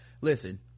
Listen